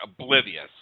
oblivious